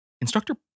Instructor